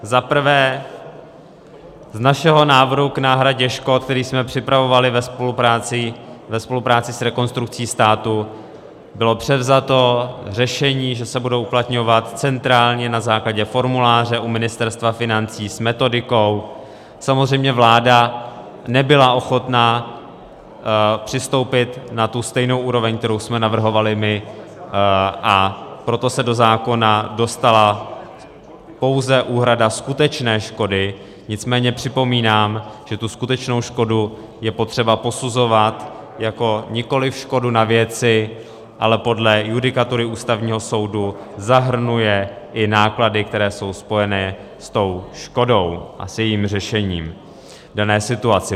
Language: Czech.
Za prvé, z našeho návrhu k náhradě škod, který jsme připravovali ve spolupráci s Rekonstrukcí státu, bylo převzato řešení, že se budou uplatňovat centrálně na základě formuláře u Ministerstva financí s metodikou, samozřejmě vláda nebyla ochotna přistoupit na stejnou úroveň, kterou jsme navrhovali my, a proto se do zákona dostala pouze úhrada skutečné škody, nicméně připomínám, že skutečnou škodu je potřeba posuzovat nikoliv jako škodu na věci, ale podle judikatury Ústavního soudu zahrnuje i náklady, které jsou spojené s tou škodou a s jejím řešením v dané situaci.